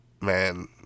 Man